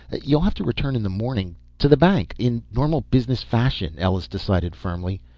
you'll have to return in the morning, to the bank. in normal business fashion, ellus decided firmly.